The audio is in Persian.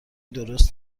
درست